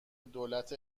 دولت